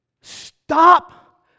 Stop